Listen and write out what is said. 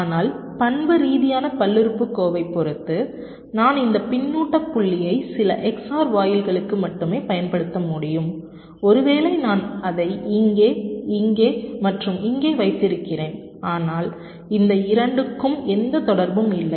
ஆனால் பண்புரீதியான பல்லுறுப்புக்கோவைப் பொறுத்து நான் இந்த பின்னூட்ட புள்ளியை சில XOR வாயில்களுக்கு மட்டுமே பயன்படுத்த முடியும் ஒருவேளை நான் அதை இங்கே இங்கே மற்றும் இங்கே வைத்திருக்கிறேன் ஆனால் இந்த இரண்ட்க்கும் எந்த தொடர்பும் இல்லை